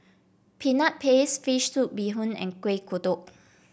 Peanut Paste fish soup Bee Hoon and Kueh Kodok